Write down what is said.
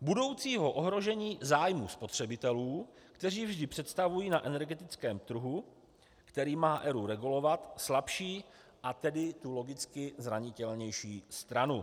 budoucího ohrožení zájmu spotřebitelů, kteří vždy představují na energetickém trhu, který má ERÚ regulovat, slabší, a tedy tu logicky zranitelnější stranu.